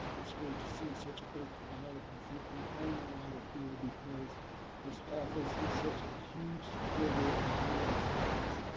it's great to see such a big crowd. i think we all know why we're here, because this office is such a huge supporter of neuroscience.